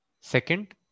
Second